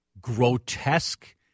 grotesque